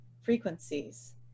frequencies